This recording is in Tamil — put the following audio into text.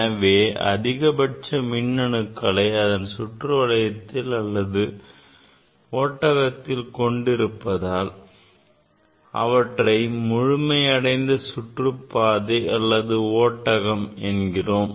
எனவே அதிகபட்ச மின் அணுக்களை அதன் சுற்று வளையத்தில் அல்லது ஓட்டகத்தில் கொண்டிருப்பதால் அவற்றை முழுமை அடைந்த சுற்றுப்பாதை அல்லது ஓட்டகம் என்கிறோம்